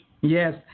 Yes